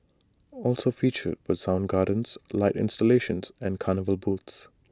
also featured were sound gardens light installations and carnival booths